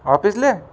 ऑफिसला